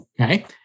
Okay